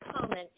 comment